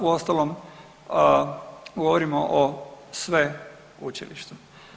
Uostalom govorimo o sveučilištu.